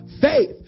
faith